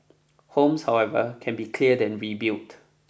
homes however can be cleared and rebuilt